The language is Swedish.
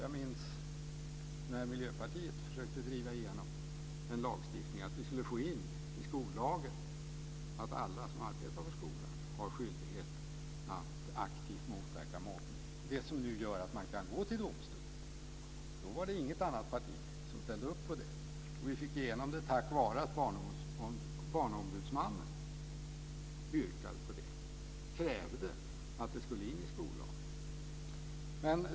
Jag minns när Miljöpartiet försökte driva igenom att få in i skollagen att alla som arbetar för skolan har skyldighet att aktivt motverka mobbning. Det är det som nu gör att det går att gå till domstol. Då var det inget annat parti som ställde upp på detta. Vi fick igenom det tack vare att barnombudsmannen krävde att detta skulle in i skollagen.